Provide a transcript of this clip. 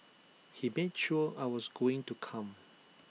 he made sure I was going to come